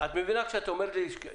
את מינה שאת אומרת לי על